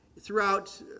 throughout